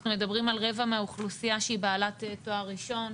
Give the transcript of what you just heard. אנחנו מדברים על רבע מהאוכלוסייה שהיא בעלת תואר ראשון,